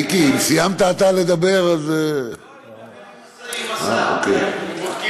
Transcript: מיקי, אתה סיימת לדבר, אז, לא, אני מדבר עם השר.